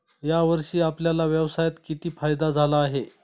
या वर्षी आपल्याला व्यवसायात किती फायदा झाला आहे?